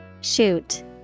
Shoot